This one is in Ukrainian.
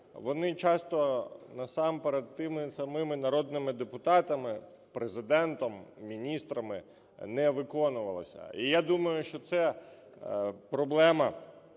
вони часто насамперед тими самими народними депутатами, Президентом, міністрами не виконувалися. І я думаю, що це проблема,